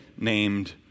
named